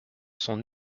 son